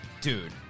Dude